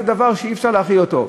שזה דבר שאי-אפשר להכיל אותו.